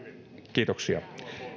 kiitoksia